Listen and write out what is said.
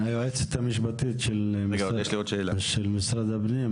היועצת המשפטית של משרד הפנים,